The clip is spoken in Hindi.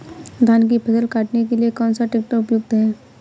धान की फसल काटने के लिए कौन सा ट्रैक्टर उपयुक्त है?